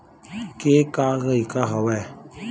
के का तरीका हवय?